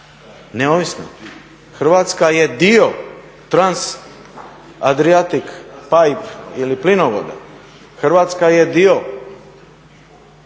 neovisna, Hrvatska je dio Transadriatic pipe ili plinovoda, Hrvatska je dio